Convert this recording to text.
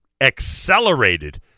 accelerated